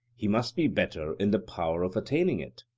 he must be better in the power of attaining it?